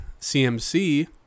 cmc